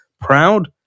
proud